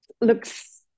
Looks